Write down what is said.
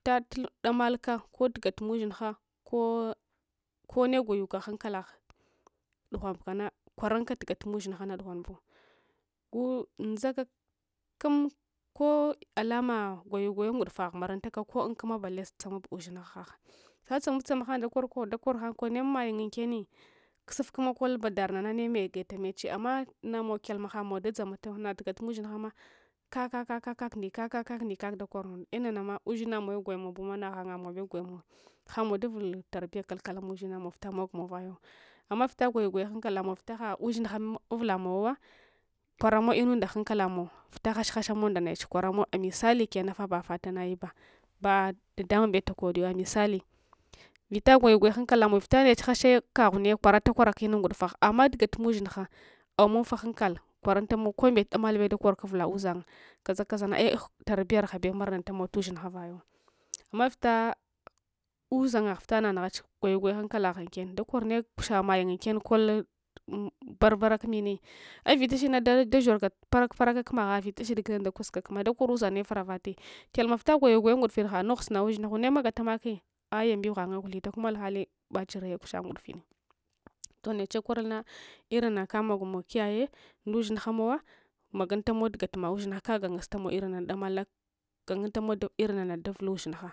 Vita damalka ko gatumu ushinha ko konne gwayuka hankalagh dughan kankwarunka tugatma ushinghana dugh wanbu ngu ndzaka kum ko alama gwayugwaya ngdufagha maruntaka un kumah bale tsamub ushingha vltats amubtsamahang dakor hang ne unmay ung inkenni kusuf kuma kol badarnia ni nemagatameche amma namowa kyal ma hamow dadzamatau nagatumu us hinghama kaka kaka di kaksa ksak ndikaks dakor eh nanama ushina mowegoyumow bung na hangamow bew goyum ow hamow davul tarbiya kalkalau mu shinamow vita mogmung vayawo ammn a vita gwayu gwaya hankala mow vita ha’ ushingha uvula mowuwa kwaramowa mnunda ghankalamo vita hash hashamow ndaneche a misali kenna fah bafata nayibah ba ɗaɗamungbe dakodiwa misali vita gwayu gwaya hankalamung vita neche hashaya kaghuniya kwarat kwarak inun ngudufagh amma gatumun ushingha awamun fah hankale kwarunta mow kombee damal bew dals orlca uvuls uzang kaza kazana ehtarbiya rughabe tumaranuntamowtu ushingha vayu amma vita uzanga h vits nanughache gwayu gwayahanlsalagh inksenne dalorne kushamagung uniien ɓsolmbarbara lumminiai' vlta shidna dashorlca paralpar alsa kumagha ntashia guleng kumsdakuska kumma daksor uzang nefarav abie kyalma vita gwayu gwaya ngndn fing hanogh suna ushinghu nem agalamake ah’ yambiwu hangye guethita kuma alhali bacuin rai kush a ngudufing toh neche korul nahlrin na kamogmow kiyaye ndushinghs mowa maguntamow tugat ma ushin gha kagangustamow lrin nana damal na gamuntamow lrin nana duvuluushingha